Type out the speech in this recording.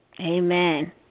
Amen